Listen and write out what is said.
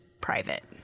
private